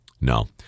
No